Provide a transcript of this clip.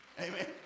Amen